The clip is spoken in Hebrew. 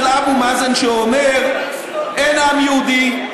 את הקו של אבו מאזן שאומר: אין עם יהודי,